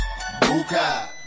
Buka